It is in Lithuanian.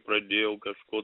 pradėjau kažko tai